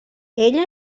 ella